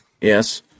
Yes